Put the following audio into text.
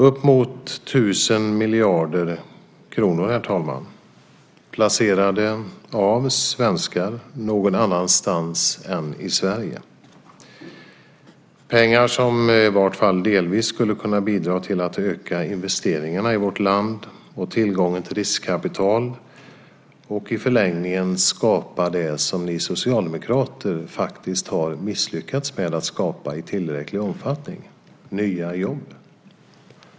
Uppemot tusen miljarder kronor, herr talman, har av svenskar placerats någon annanstans än i Sverige, pengar som i vart fall delvis skulle kunna bidra till att öka investeringarna i vårt land samt öka tillgången till riskkapital och i förlängningen skapa det som Socialdemokraterna misslyckats med att skapa i tillräcklig omfattning - nya jobb.